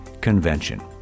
convention